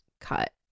cut